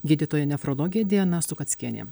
gydytoja nefrologė diana sukackienė